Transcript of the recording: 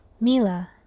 Mila